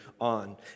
on